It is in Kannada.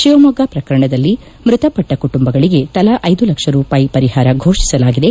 ಶಿವಮೊಗ್ಗ ಪ್ರಕರಣದಲ್ಲಿ ಮೃತಪಟ್ಟ ಕುಟುಂಬಗಳಿಗೆ ತಲಾ ಐದು ಲಕ್ಷ ರೂಪಾಯಿ ಪರಿಪಾರ ಫೋಷಿಸಲಾಗಿದೆ